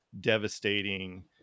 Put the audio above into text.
devastating